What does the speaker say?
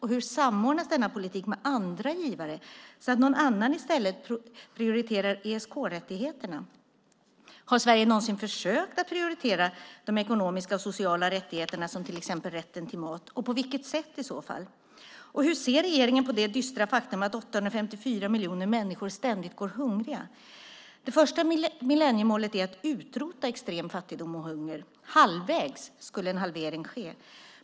Hur samordnas denna politik med andra givare så att någon annan i stället prioriterar ESK-rättigheterna? Har Sverige någonsin försökt prioritera de ekonomiska och sociala rättigheterna, som till exempel rätten till mat, och på vilket sätt i så fall? Hur ser regeringen på det dystra faktum att 854 miljoner människor ständigt går hungriga? Det första millenniemålet är att utrota extrem fattigdom och hunger. Halvvägs skulle en halvering ske.